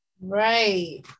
Right